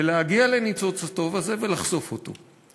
ולהגיע לניצוץ הטוב הזה ולחשוף אותו.